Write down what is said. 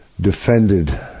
defended